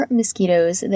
Mosquitoes